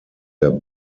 der